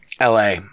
LA